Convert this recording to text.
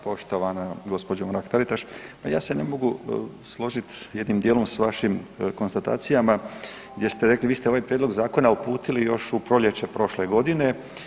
Poštovana gospođo Mrak Taritaš ma ja se ne mogu složiti jednim dijelom s vašim konstatacijama gdje ste rekli vi ste ovaj prijedlog zakona uputili još u proljeće prošle godine.